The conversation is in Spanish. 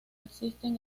existen